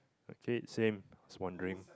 okay same was wondering